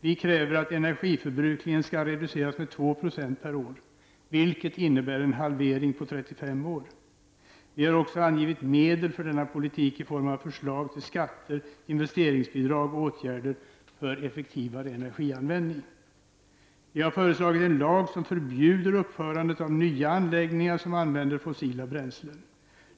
Vi kräver att energiförbrukningen skall reduceras med 2 % per år, vilket innebär en halvering på 35 Vi har också angivit medel för denna politik i form av förslag till skatter, investeringsbidrag och åtgärder för effektivare energianvändning. Vi har också föreslagit en lag som förbjuder uppförandet av nya anläggningar som använder fossila bränslen.